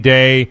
Day